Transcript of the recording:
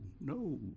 no